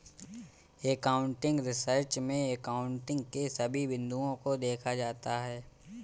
accounting research में accounting के सभी बिंदुओं को देखा जाता है